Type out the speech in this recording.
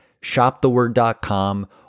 shoptheword.com